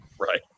Right